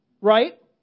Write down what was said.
Right